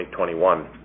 2021